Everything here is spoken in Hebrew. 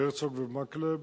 הרצוג ומקלב